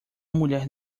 mulher